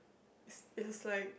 it's it is like